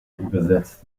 übersetzt